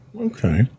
Okay